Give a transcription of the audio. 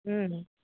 ହୁଁ ହୁଁ